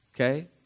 okay